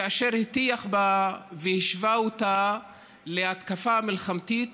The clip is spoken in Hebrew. כאשר הטיח בה והשווה אותה להתקפה מלחמתית